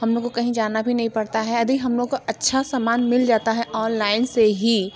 हम लोग को कहीं जाना भी नहीं पड़ता है यदि हम लोग को अच्छा सामान मिल जाता हैं ऑनलाइन से ही